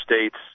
states